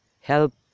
help